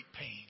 pain